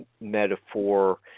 metaphor